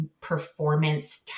performance